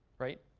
right?